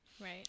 right